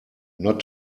not